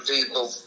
people